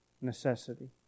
necessity